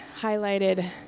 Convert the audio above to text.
highlighted